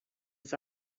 its